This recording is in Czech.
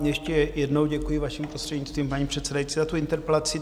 Ještě jednou děkuji, vaším prostřednictvím, paní předsedající, za tu interpelaci.